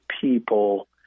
people